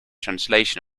translation